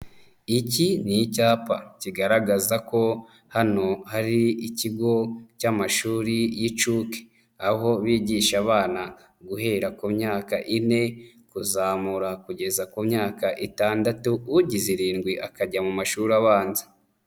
Iki ni icyapa, kigaragaza ko hano hari ikigo cy'amashuri y'inshuke, aho bigisha abana guhera ku myaka ine, kuzamura kugeza ku myaka itandatu, ugize zirindwi akajya mu mashuri abanza.